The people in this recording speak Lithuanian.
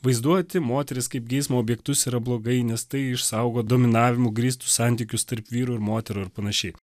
vaizduoti moteris kaip geismo objektus yra blogai nes tai išsaugo dominavimu grįstus santykius tarp vyrų ir moterų ir panašiai